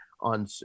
on